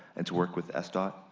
and to work with sdot,